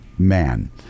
man